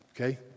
Okay